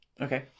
Okay